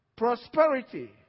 prosperity